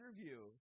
interview